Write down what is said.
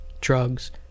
drugs